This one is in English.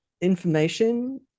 information